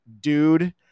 dude